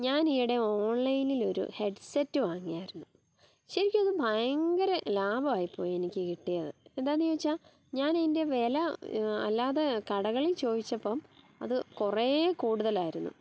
ഞാൻ ഈ ഇടെ ഓൺലൈനിലൊരു ഹെഡ്സെറ്റ് വാങ്ങിയായിരുന്നു ശരിക്കും അത് ഭയങ്കര ലാഭം ആയിപ്പോയി എനിക്ക് കിട്ടിയത് എന്താന്ന് ചോദിച്ചാൽ ഞാൻ ഇതിൻ്റെ വില അല്ലാതെ കടകളിൽ ചോയിച്ചപ്പം അത് കുറെ കൂടുതലായിരുന്നു